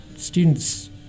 Students